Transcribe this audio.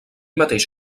mateix